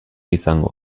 izango